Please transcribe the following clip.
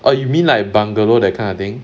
oh you mean like bungalow that kind of thing